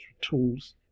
tools